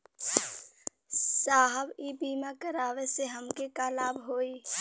साहब इ बीमा करावे से हमके का लाभ होई?